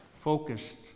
focused